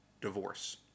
divorce